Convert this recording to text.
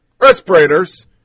respirators